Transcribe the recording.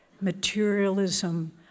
materialism